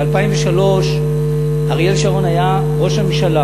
ב-2003 אריאל שרון היה ראש הממשלה,